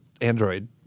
Android